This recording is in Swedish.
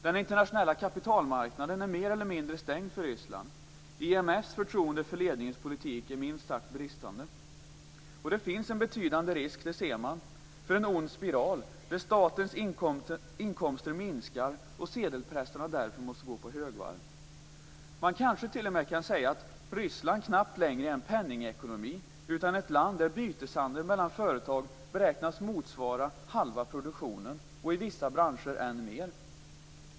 Den internationella kapitalmarknaden är mer eller mindre stängd för Ryssland. IMF:s förtroende för ledningens politik är minst sagt bristande. Det finns en betydande risk - det ser man - för en ond spiral, där statens inkomster minskar och sedelpressarna därför måste gå på högvarv. Man kanske t.o.m. kan säga att Ryssland knappt längre är en penningekonomi, utan ett land där byteshandel mellan företag beräknas motsvara halva produktionen och i vissa branscher än mer.